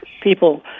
people